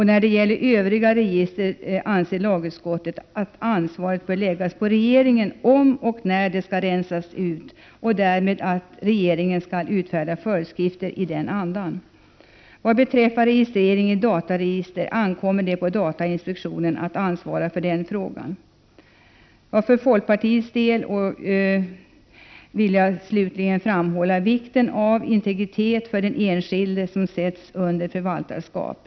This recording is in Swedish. När det gäller övriga register anser lagutskottet att ansvaret bör läggas på regeringen om och när registren skall rensas ut. Regeringen skall därmed utfärda föreskrifter i den andan. Vad beträffar registrering i dataregister ankommer det på datainspektionen att ansvara för den frågan. För folkpartiets del vill jag slutligen framhålla vikten av integritet för den enskilde som sätts under förvaltarskap.